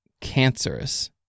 cancerous